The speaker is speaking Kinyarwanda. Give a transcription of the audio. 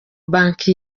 banki